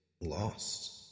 lost